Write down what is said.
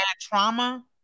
trauma